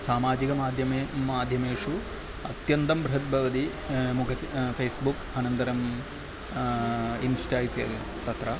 सामाजिकमाध्यमे माध्यमेषु अत्यन्तं बृहद्भवति मुख्य फ़ेस्बुक् अनन्तरम् इन्स्टा इत्यादि तत्र